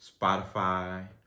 Spotify